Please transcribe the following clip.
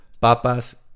papas